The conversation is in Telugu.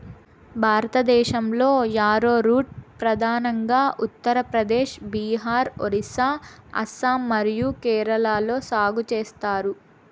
భారతదేశంలో, యారోరూట్ ప్రధానంగా ఉత్తర ప్రదేశ్, బీహార్, ఒరిస్సా, అస్సాం మరియు కేరళలో సాగు చేస్తారు